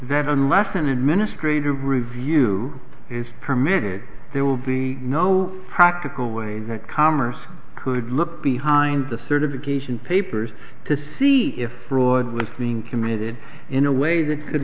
that unless an administrative review is permitted there will be no practical way that commerce could look behind the certification papers to see if fraud listening committed in a way that could